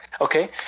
okay